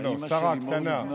לא, שרה הקטנה.